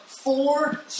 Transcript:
four